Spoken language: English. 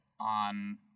on